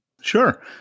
Sure